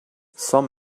some